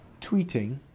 Tweeting